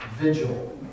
vigil